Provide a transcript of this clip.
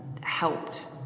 helped